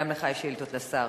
גם לך יש שאילתות לשר,